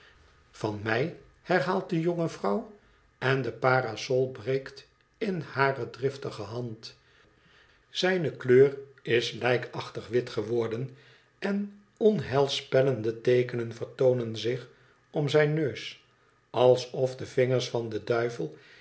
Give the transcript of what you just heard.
van mijl herhaalt de jonge vrouw en de parasol breekt in hare driftige hand zijne kleur is lijkachtig wit geworden en onheilspellende teekenen vertoonen zich om zijn neus alsof de vingers van den duivel